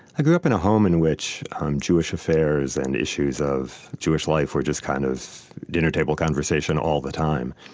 i grew up in a home in which um jewish affairs and issues of jewish life were just kind of dinner table conversation all the time.